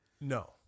No